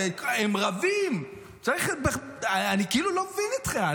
הם רבים, אני לא מבין אתכם.